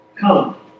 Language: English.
come